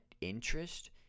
interest